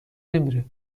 نمیره